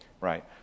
right